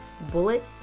Bullet